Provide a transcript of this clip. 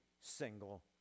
single